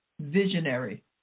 visionary